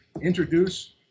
introduce